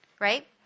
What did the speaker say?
right